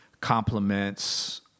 compliments